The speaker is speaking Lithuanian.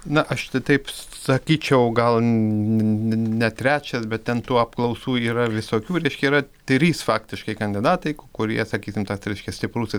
na aš tai taip sakyčiau gal ne ne trečias bet ten tų apklausų yra visokių reiškia yra trys faktiškai kandidatai kurie sakysim tas reiškia stiprus